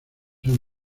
han